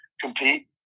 compete